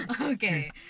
Okay